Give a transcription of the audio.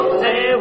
say